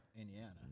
Indiana